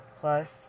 plus